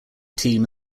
team